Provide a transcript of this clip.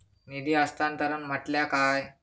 निधी हस्तांतरण म्हटल्या काय?